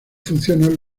funcionan